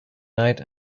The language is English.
night